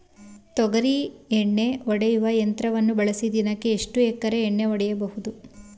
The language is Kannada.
ತೊಗರಿ ಎಣ್ಣೆ ಹೊಡೆಯುವ ಯಂತ್ರವನ್ನು ಬಳಸಿ ದಿನಕ್ಕೆ ಎಷ್ಟು ಎಕರೆ ಎಣ್ಣೆ ಹೊಡೆಯಬಹುದು?